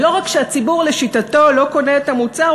ולא רק שהציבור לשיטתו לא קונה את המוצר,